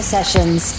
Sessions